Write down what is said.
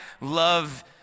love